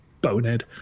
Bonehead